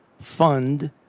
fund